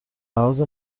لحاظ